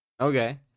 Okay